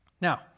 Now